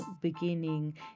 beginning